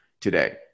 today